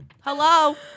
Hello